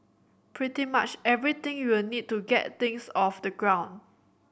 pretty much everything you will need to get things off the ground